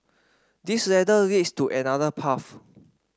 this ladder leads to another path